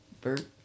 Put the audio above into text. Bert